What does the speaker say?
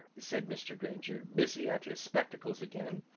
said mr. grainger, busy at his spectacles again,